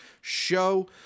show